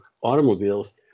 automobiles